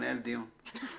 בהתרגשות.